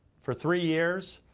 for three years,